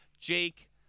Jake